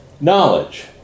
Knowledge